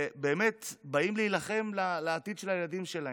ובאמת, באים להילחם על העתיד של הילדים שלהם.